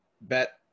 bet